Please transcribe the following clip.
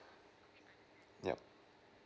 yup